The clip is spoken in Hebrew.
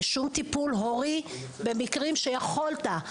לשום טיפול הורי במקרים שיכולת,